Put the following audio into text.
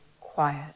quiet